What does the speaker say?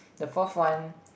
the fourth one